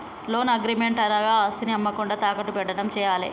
loan agreement అనగా ఆస్తిని అమ్మకుండా తాకట్టు పెట్టడం చేయాలే